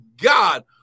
God